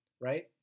right